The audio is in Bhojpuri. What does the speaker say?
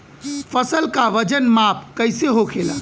फसल का वजन माप कैसे होखेला?